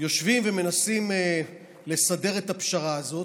יושבים ומנסים לסדר את הפשרה הזאת,